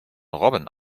robben